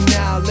now